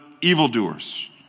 evildoers